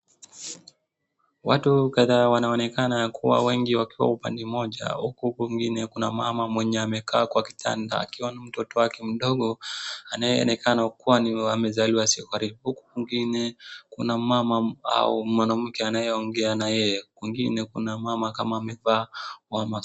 Watu kadhaa wanaonekana kuwa wengi wakiwa upande mmoja huku kwingine kuna mama mwenye amekaa kwa kitanda akiwa na mtoto wake mdogo anayeonekana kuwa ni wa amezaliwa siku karibu. Huku kwingine kuna mmama au mwanamke anayeongea na yeye kwingine kuna mama kama amevaa.